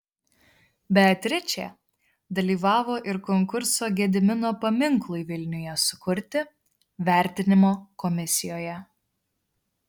beatričė dalyvavo ir konkurso gedimino paminklui vilniuje sukurti vertinimo komisijoje